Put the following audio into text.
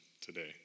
today